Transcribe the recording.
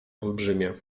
olbrzymie